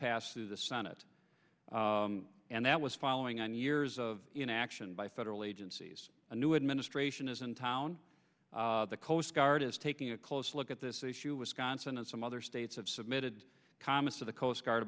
passed through the senate and that was following on years of inaction by federal agencies a new administration is in town the coast guard is taking a close look at this issue wisconsin and some other states have submitted comments of the coast guard